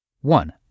One